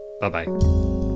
Bye-bye